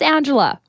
Angela